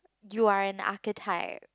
you are an archetype